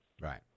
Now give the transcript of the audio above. Right